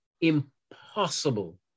impossible